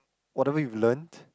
whatever you've learnt